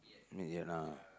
mid year ah